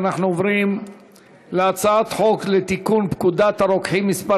אנחנו עוברים להצעת חוק לתיקון פקודת הרוקחים (מס'